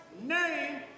name